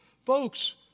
Folks